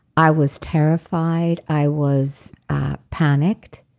i was terrified. i was panicked.